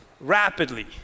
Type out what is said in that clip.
rapidly